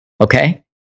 Okay